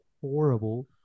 horrible